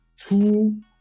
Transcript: two